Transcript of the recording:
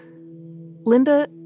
Linda